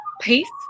peace